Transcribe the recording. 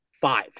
five